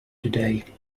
today